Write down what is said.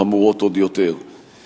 חמורות עוד יותר.